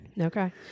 Okay